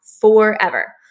forever